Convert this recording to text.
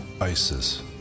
Isis